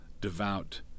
devout